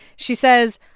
she says,